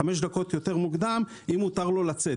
חמש דקות יותר מוקדם, האם מותר לו לצאת.